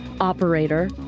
operator